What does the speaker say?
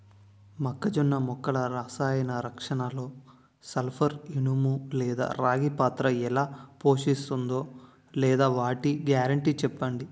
మొక్కజొన్న మొక్కల రసాయన రక్షణలో సల్పర్, ఇనుము లేదా రాగి పాత్ర ఎలా పోషిస్తుందో లేదా వాటి గ్యారంటీ చెప్పండి